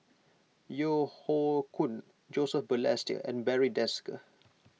Yeo Hoe Koon Joseph Balestier and Barry Desker